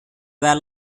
where